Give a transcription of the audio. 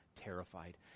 terrified